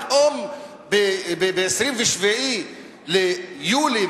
ופתאום ב-27 ביולי,